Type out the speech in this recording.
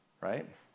right